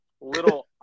Little